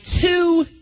two